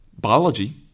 biology